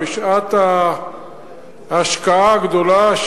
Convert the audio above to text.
בשעת ההשקעה הגדולה,